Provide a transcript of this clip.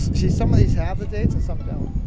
see, some of these have the dates, and some don't.